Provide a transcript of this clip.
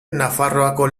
nafarroako